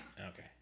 Okay